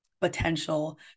potential